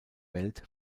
welt